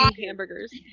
hamburgers